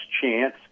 chance